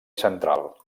central